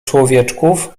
człowieczków